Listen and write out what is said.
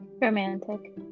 Romantic